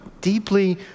deeply